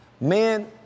Man